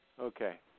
Okay